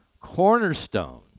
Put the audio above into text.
Cornerstone